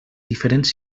diferents